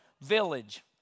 village